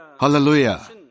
Hallelujah